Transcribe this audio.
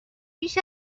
بیش